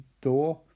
door